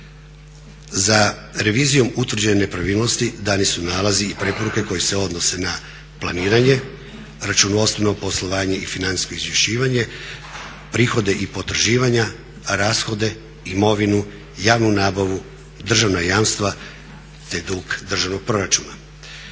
Za revizijom utvrđene nepravilnosti dani su nalazi i preporuke koji se odnose na planiranje, računovodstveno poslovanje i financijsko izvješćivanje, prihode i potraživanja, rashode, imovinu, javnu nabavu, državna jamstva te dug državnog proračuna.